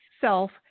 self